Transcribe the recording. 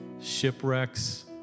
Shipwrecks